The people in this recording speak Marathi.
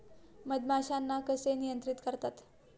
मधमाश्यांना कसे नियंत्रित करतात?